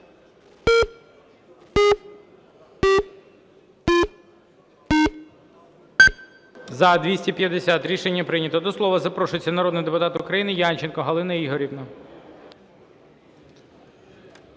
За-250 Рішення прийнято. До слова запрошується народний депутат України Янченко Галина Ігорівна.